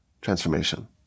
Transformation